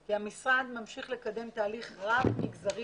כי המשרד ממשיך לקדם תהליך רב מגזרי